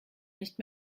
nicht